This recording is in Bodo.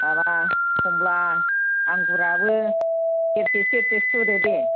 माबा कमला आंगुराबो सेरसे सेरसे सुदो दे